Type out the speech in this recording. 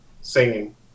singing